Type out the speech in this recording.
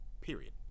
period